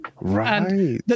right